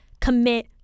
commit